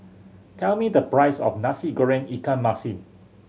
tell me the price of Nasi Goreng ikan masin